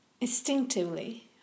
instinctively